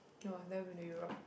no I've never been to Europe